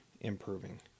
improving